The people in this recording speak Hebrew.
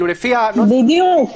בדיוק.